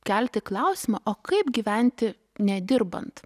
kelti klausimą o kaip gyventi nedirbant